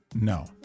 no